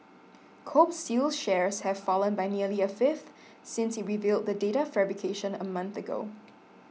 Kobe Steel's shares have fallen by nearly a fifth since it revealed the data fabrication a month ago